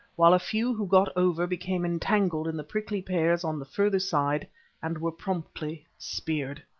while a few who got over became entangled in the prickly pears on the further side and were promptly speared.